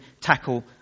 tackle